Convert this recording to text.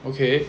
okay